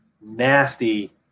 nasty